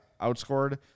outscored